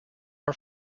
are